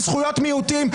זה זכויות מיעוטים,